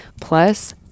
Plus